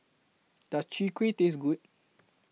Does Chwee Kueh Taste Good